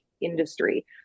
industry